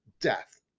death